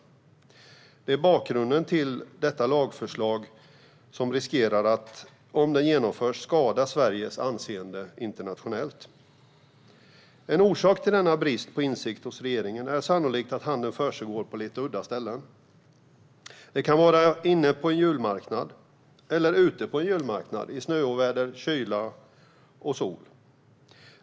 Det är bakgrunden till detta lagförslag som, om det genomförs, riskerar att skada Sveriges anseende internationellt. En orsak till denna brist på insikt hos regeringen är sannolikt att handeln försiggår på lite udda ställen. Det kan vara inne på en julmarknad eller ute på en julmarknad i snöoväder, kyla eller sol.